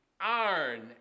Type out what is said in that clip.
iron